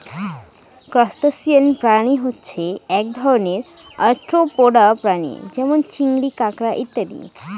crustacean প্রাণী হচ্ছে এক ধরনের আর্থ্রোপোডা প্রাণী যেমন চিংড়ি, কাঁকড়া ইত্যাদি